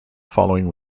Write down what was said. following